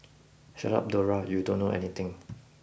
shut up Dora you don't know anything